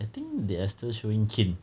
I think they are still showing kin